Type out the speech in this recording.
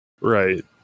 Right